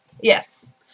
yes